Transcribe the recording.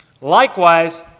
likewise